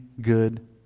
good